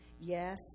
Yes